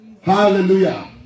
Hallelujah